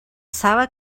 saba